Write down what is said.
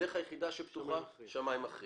הדרך היחידה שפתוחה היא שמאי מכריע